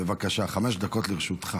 בבקשה, חמש דקות לרשותך.